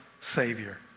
savior